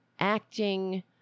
Acting